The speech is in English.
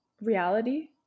reality